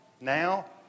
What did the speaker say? now